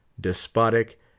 despotic